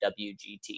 WGT